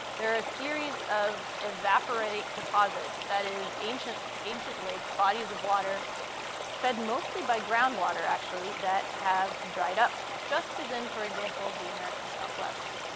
they're a series of evaporate deposits that is, ancient ancient lakes, bodies of water fed mostly by groundwater, actually, that have dried up, just as in, for example, the american southwest.